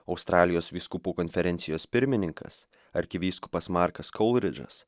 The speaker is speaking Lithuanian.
australijos vyskupų konferencijos pirmininkas arkivyskupas markas kolridžas